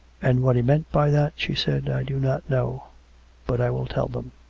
and what he meant by that, she said, i do not know but i will tell them.